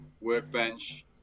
workbench